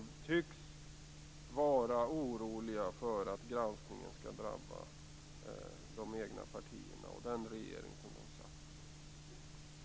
De tycks vara oroliga för att granskningen skall drabba de egna partierna och den regering som de satt i.